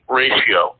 ratio